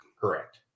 Correct